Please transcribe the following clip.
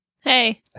Hey